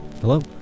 hello